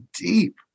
deep